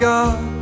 God